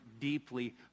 deeply